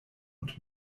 und